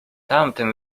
tamten